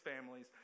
families